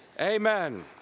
Amen